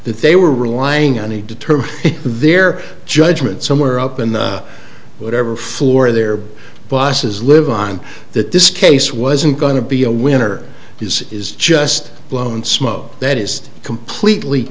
that they were relying on a determine their judgment somewhere up in the whatever floor of their bosses live on that this case wasn't going to be a winner is is just blown smoke that is completely